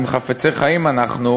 אם חפצי חיים אנחנו,